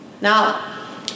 Now